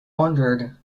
wondered